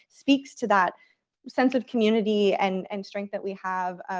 speaks to that sense of community and strength that we have.